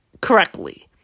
correctly